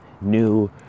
new